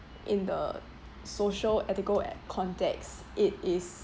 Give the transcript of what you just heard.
in the social ethical a~ context it is